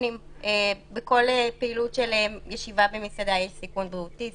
בכל פעילות של ישיבה במסעדה יש סיכון בריאותי,